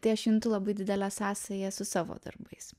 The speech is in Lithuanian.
tai aš juntu labai didelę sąsają su savo darbais